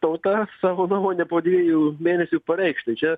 tauta savo nuomonę po dviejų mėnesių pareikš tai čia